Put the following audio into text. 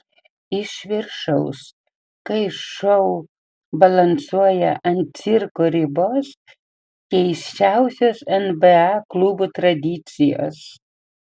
iš viršaus kai šou balansuoja ant cirko ribos keisčiausios nba klubų tradicijos